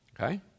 Okay